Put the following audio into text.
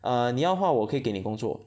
uh 你要的话我可以给你工作